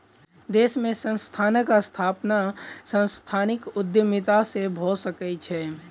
देश में संस्थानक स्थापना सांस्थानिक उद्यमिता से भअ सकै छै